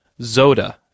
Zoda